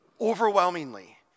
Overwhelmingly